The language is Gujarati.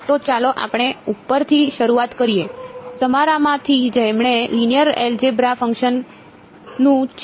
તો ચાલો આપણે ઉપરથી શરૂઆત કરીએ તમારામાંથી જેમણે લિનિયર એલજેબ્રા ફંક્શન ું છે